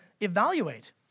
evaluate